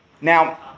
Now